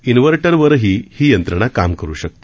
इन्वर्टरवरही ही यंत्रणा काम करू शकते